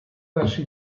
verso